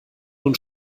nun